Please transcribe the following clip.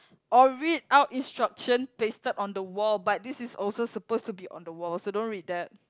or read out instruction pasted on the wall but this also supposed to be on the wall so don't read that